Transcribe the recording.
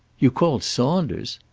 you called saunders!